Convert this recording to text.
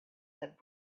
that